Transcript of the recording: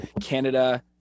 Canada